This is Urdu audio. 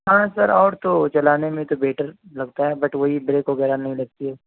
ہاں سر اور تو چلانے میں تو بیٹر لگتا ہے بٹ وہی بریک وغیرہ نہیں لگتی ہے